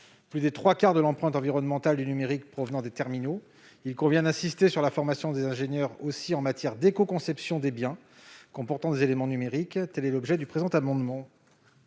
Plus des trois quarts de l'empreinte environnementale du numérique provenant des terminaux, il convient également d'insister sur la formation des ingénieurs en matière d'écoconception des biens comportant des éléments numériques. Quel est l'avis de la commission